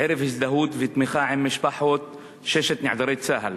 ערב הזדהות ותמיכה עם משפחות ששת נעדרי צה"ל: